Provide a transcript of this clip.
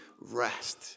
rest